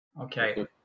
Okay